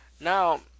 Now